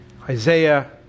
Isaiah